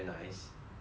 always very fat